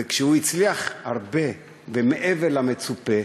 וכשהוא הצליח הרבה ומעבר למצופה,